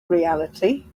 reality